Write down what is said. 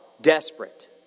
desperate